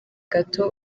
gato